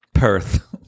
Perth